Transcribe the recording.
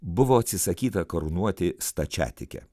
buvo atsisakyta karūnuoti stačiatikę